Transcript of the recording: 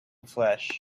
flesh